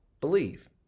believe